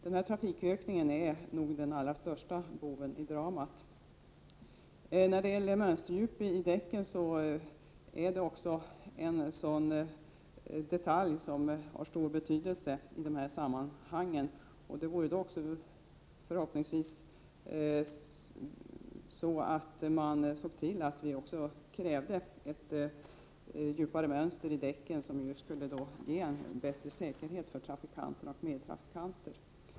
Den trafikökningen är nog den allra största boven i det här dramat. Mönsterdjupet på däcken är en detalj som har stor betydelse i det här sammanhanget. Förhoppningsvis kunde man se till att det krävdes ett djupare mönster i däcken, vilket skulle ge en bättre säkerhet för trafikanter och medtrafikanter.